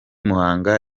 muhanga